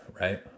right